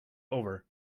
over